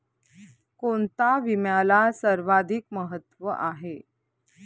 कोणता विम्याला सर्वाधिक महत्व आहे?